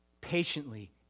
patiently